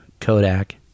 kodak